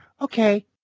Okay